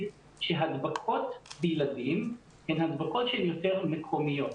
שהדבקות בילדים הן הדבקות שהן יותר מקומיות.